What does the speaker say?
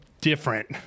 different